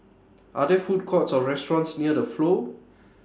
Are There Food Courts Or restaurants near The Flow